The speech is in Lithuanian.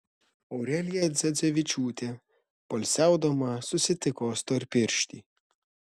aurelija dzedzevičiūtė poilsiaudama susitiko storpirštį